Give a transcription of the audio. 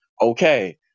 okay